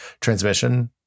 transmission